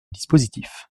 dispositif